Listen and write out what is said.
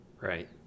Right